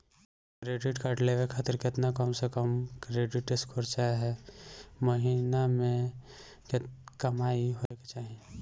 Credit card लेवे खातिर केतना कम से कम क्रेडिट स्कोर चाहे महीना के कमाई होए के चाही?